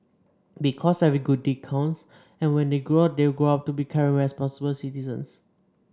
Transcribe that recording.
because every good deed counts and when they grow up they will grow up to be caring responsible citizens